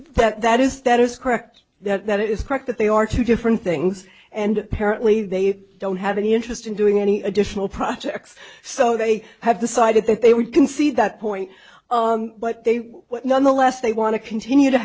you that is that is correct that it is correct that they are two different things and apparently they don't have any interest in doing any additional projects so they have decided that they would concede that point but they nonetheless they want to continue to